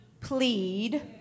plead